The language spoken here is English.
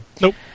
Nope